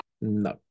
No